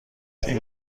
این